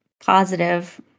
positive